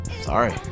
Sorry